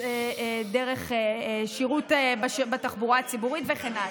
דרך שירות בתחבורה הציבורית וכן הלאה.